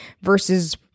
versus